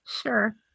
sure